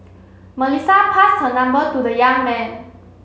Melissa passed her number to the young man